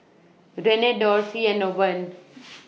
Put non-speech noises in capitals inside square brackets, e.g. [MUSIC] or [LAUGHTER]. Renee [NOISE] Dorthy and Owen [NOISE]